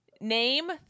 Name